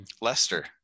Lester